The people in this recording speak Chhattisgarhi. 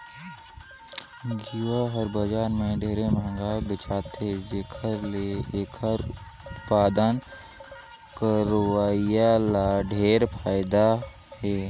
घींव हर बजार में ढेरे मंहगा बेचाथे जेखर ले एखर उत्पादन करोइया ल ढेरे फायदा हे